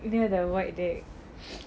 they're they're white day